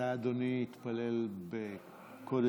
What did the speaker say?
מתי אדוני התפלל בקודש-הקודשים?